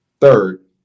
Third